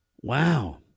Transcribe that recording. Wow